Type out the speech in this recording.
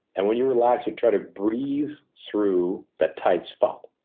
and when you relax, you try to breathe through that tight spot.